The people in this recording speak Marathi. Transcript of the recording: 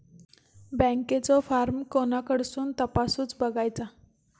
बँकेचो फार्म कोणाकडसून तपासूच बगायचा?